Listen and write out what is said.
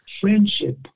friendship